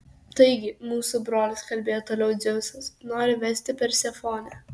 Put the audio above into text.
taigi mūsų brolis kalbėjo toliau dzeusas nori vesti persefonę